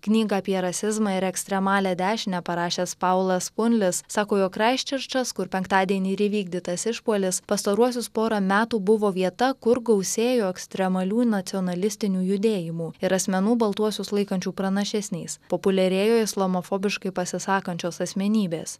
knygą apie rasizmą ir ekstremalią dešinę parašęs paulas vunlis sako jog kraiščerčas kur penktadienį ir įvykdytas išpuolis pastaruosius porą metų buvo vieta kur gausėjo ekstremalių nacionalistinių judėjimų ir asmenų baltuosius laikančių pranašesniais populiarėjo islamofobiškai pasisakančios asmenybės